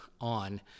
on